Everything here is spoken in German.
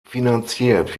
finanziert